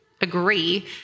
agree